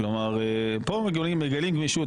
כאן מגלים גמישות,